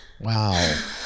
wow